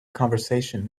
conversation